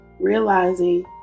realizing